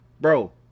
bro